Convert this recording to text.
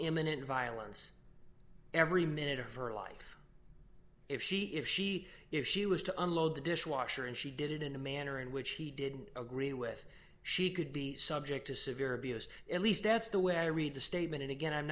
imminent violence every minute or for life if she if she if she was to unload the dishwasher and she did it in a manner in which he did agree with she could be subject to severe abuse at least that's the way i read the statement again i'm